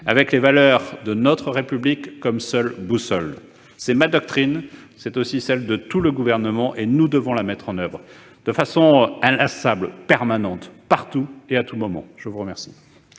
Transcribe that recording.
avec les valeurs de notre République comme seule boussole. C'est ma doctrine. C'est aussi celle de tout le Gouvernement, et nous devons la mettre en oeuvre de façon inlassable, partout et à tout moment. Nous allons